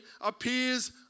appears